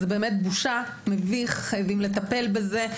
זה בושה, מביך וחייבים לטפל בזה.